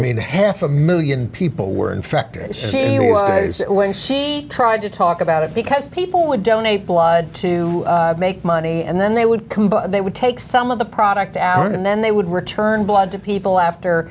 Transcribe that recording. mean half a one million people were infected she was when she tried to talk about it because people would donate blood to make money and then they would they would take some of the product out and then they would return blood to people after